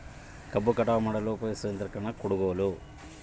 ಕಬ್ಬು ಕಟಾವು ಮಾಡಲು ಉಪಯೋಗಿಸುವ ಉಪಕರಣ ಯಾವುದು?